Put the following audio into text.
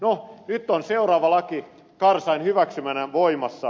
no nyt on seuraava laki karzain hyväksymänä voimassa